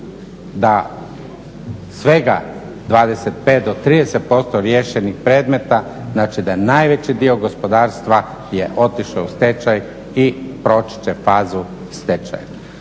da svega 25 do 30% riješenih predmeta, znači da najveći dio gospodarstva je otišao u stečaj i proći će fazu stečaja.